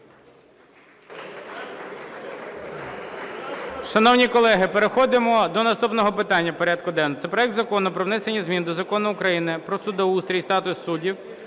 Шановні колеги, переходимо до наступного питання порядку денного – це проект Закону про внесення змін до Закону України "Про судоустрій і статус суддів"